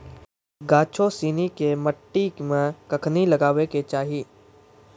गाछो सिनी के मट्टी मे कखनी लगाबै के चाहि?